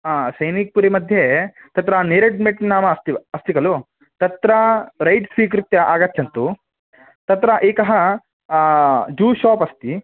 हा सैनिक्पुरि मध्ये तत्र नीरज् मेट् नाम अस्ति वा अस्ति खलु तत्र रैट् स्वीकृत्य आगच्छन्तु तत्र एकः जूस् शाप् अस्ति